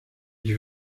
ich